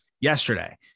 yesterday